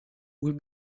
will